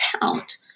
count